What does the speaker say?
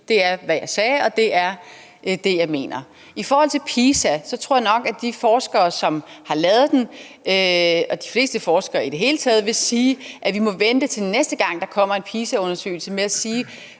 det er, hvad jeg sagde, og det er det, jeg mener. Jeg Med hensyn til PISA tror jeg nok, at de forskere, der har lavet undersøgelsen – og de fleste forskere i det hele taget – vil sige, at vi må vente til næste gang, der kommer en PISA-undersøgelse, med at sige,